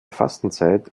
fastenzeit